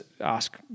ask